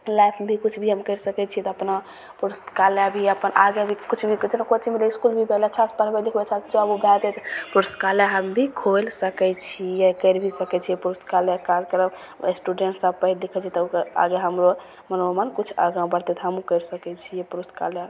लाइफमे भी किछु भी हम करि सकै छिए तऽ अपना पुस्तकालय भी अपन आगे भी किछु भी कितना कोचिन्ग भेलै इसकुल भी अच्छासे पढ़बै लिखबै छै अच्छासे जॉब उब भै जेतै पुस्तकालय हम भी खोलि सकै छिए करि भी सकै छिए पुस्तकालयके कार्यक्रम स्टूडेन्ट्स सभ पढ़ि लिखि जएतै तऽ ओकरा आगे हमरो मनोबल किछु आगाँ बढ़तै तऽ किछु हमहूँ करि सकै छिए पुस्तकालय